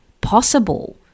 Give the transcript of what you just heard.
possible